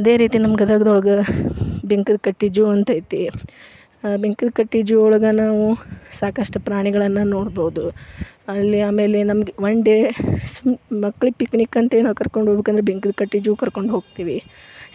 ಅದೇ ರೀತಿ ನಮ್ಮ ಗದಗದೊಳ್ಗೆ ಬಿಂಕದ ಕಟ್ಟೆ ಝೂ ಅಂತೈತಿ ಬಿಂಕದ ಕಟ್ಟೆ ಝೂ ಒಳಗೆ ನಾವು ಸಾಕಷ್ಟು ಪ್ರಾಣಿಗಳನ್ನು ನೋಡ್ಬೋದು ಅಲ್ಲಿ ಆಮೇಲೆ ನಮಗೆ ಒನ್ ಡೇ ಮಕ್ಕಳ ಪಿಕ್ನಿಕ್ ಅಂತಲೂ ಕರ್ಕೊಂಡು ಹೋಗಬೇಕಂದ್ರೆ ಬಿಂಕದ ಕಟ್ಟೆ ಝೂಗೆ ಕರ್ಕೊಂಡು ಹೋಗ್ತೀವಿ